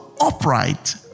upright